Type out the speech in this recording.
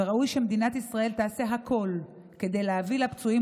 וראוי שמדינת ישראל תעשה הכול כדי להביא לפצועים